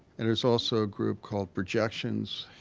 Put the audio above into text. and there's also a group called projections,